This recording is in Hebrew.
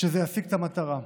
שזה ישיג את המטרה.